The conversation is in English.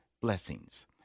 Blessings